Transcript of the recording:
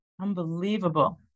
Unbelievable